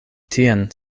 tien